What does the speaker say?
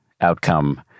outcome